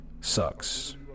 sucks